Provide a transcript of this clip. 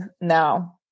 now